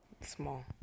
small